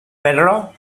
verlo